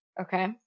Okay